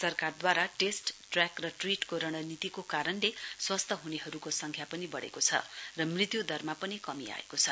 सरकारद्वारा test track र treat को रणनीतिको कारणले स्वस्थ हुनेहरूको सङ्ख्या पनि बढेको छ र मृत्यु दरमा पनि कमी आएको छ